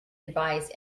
advice